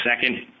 second